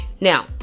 Now